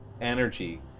energy